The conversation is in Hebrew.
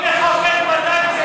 בוא נחוקק, בוא.